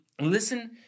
listen